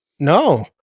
No